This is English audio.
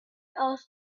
else